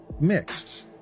mixed